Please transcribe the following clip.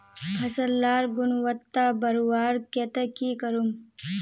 फसल लार गुणवत्ता बढ़वार केते की करूम?